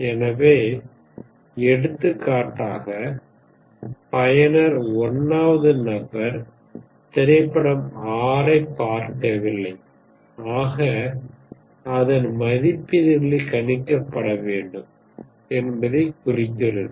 எனவே எடுத்துக்காட்டாக பயனர் 1 வது நபர் திரைப்படம் 6 ஐப் பார்க்கவில்லை ஆக அதன் மதிப்பீடுகள் கணிக்கப்பட வேண்டும் என்பதைக் குறிக்கிறது